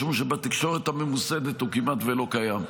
משום שבתקשורת הממוסדת הוא כמעט שלא קיים.